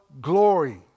glory